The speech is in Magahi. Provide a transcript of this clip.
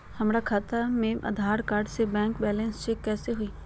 हमरा खाता में आधार कार्ड से बैंक बैलेंस चेक कैसे हुई?